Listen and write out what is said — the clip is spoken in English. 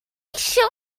sure